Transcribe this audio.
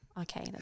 Okay